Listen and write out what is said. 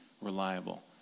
reliable